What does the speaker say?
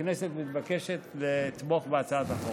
הכנסת מתבקשת לתמוך בהצעת החוק.